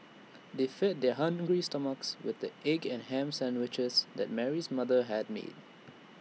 they fed their hungry stomachs with the egg and Ham Sandwiches that Mary's mother had made